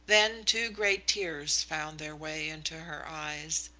then two great tears found their way into her eyes.